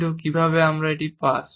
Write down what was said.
কিন্তু কিভাবে আমরা এটা পাস